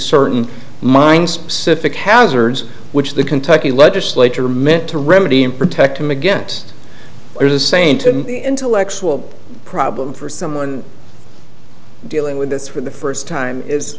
certain mind specific hazards which the kentucky legislature meant to remedy and protect him against is a saint and intellectual problem for someone dealing with this for the first time is